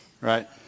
right